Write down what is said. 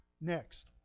Next